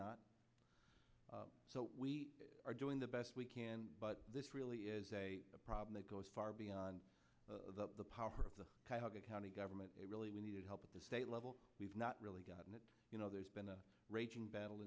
not so we are doing the best we can but this really is a problem that goes far beyond the power of the county government it really needed help at the state level we've not really gotten it you know there's been a raging battle